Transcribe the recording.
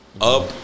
up